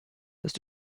das